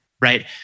right